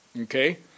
okay